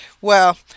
Well